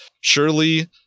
Surely